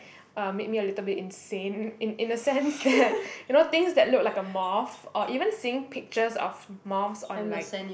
uh made me a little bit insane in in a sense that you know things that look like a moth or even seeing pictures of moths on like